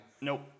Nope